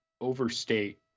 overstate